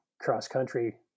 cross-country